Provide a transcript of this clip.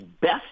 best